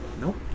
Nope